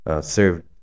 served